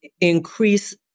increase